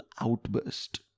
outburst